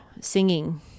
singing